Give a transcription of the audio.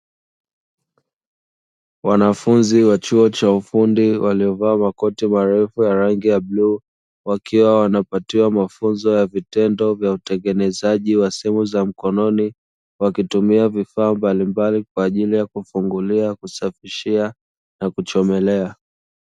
Wanafunzi wa chuo cha ufundi waliovaa makoti marefu ya rangi ya bluu wakiwa wanapatiwa mafunzo ya vitendo vya utengenezaji wa simu za mkononi wakitumia vifaa mbalimbali kwa ajili ya kufungulia, kusafishia, na kuchomelea.